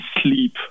sleep